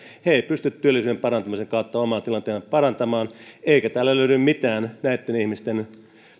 he eivät pysty työllisyyden parantamisen kautta omaa tilannettaan parantamaan eikä täällä löydy mitään näitten ihmisten